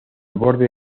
borde